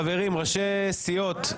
ראשי סיעות,